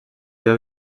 jag